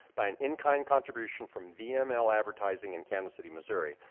by an in-kind contribution from vml advertising in kansas city, missouri.